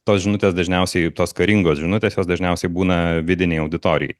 tos žinutės dažniausiai tos karingos žinutės jos dažniausiai būna vidinei auditorijai